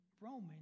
Romans